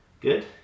Good